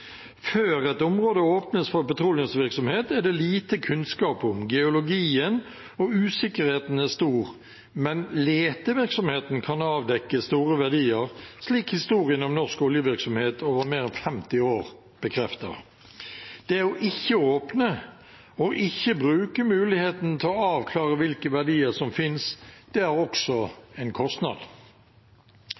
Før et område åpnes for petroleumsvirksomhet, er det lite kunnskap om geologien, og usikkerheten er stor, men letevirksomheten kan avdekke store verdier, slik historien om norsk oljevirksomhet over mer enn 50 år bekrefter. Det å ikke åpne og ikke bruke muligheten til å avklare hvilke verdier som finnes, har også en kostnad.